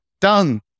Done